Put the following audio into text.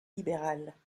libérales